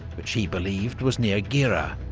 which he believed was near gera.